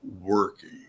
working